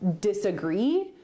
disagree